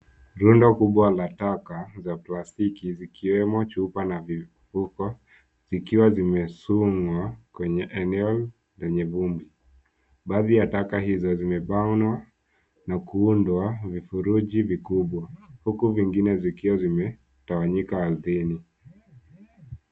Rundo kubwa la taka za plastiki zikiwemo chupa na vifupa vikiwa vimefungwa kwenye eneo lenye vumbi. Baadhi ya taka hizo zimebanwa na kuundwa vifuruji vikubwa huku vingine vikiwa vimetawanyika ardhini.